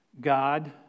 God